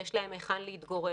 שיש להם היכן להתגורר,